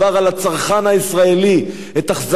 את החזקת המפלצות הגדולות האלה,